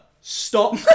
stop